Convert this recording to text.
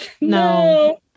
No